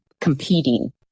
competing